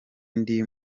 ndi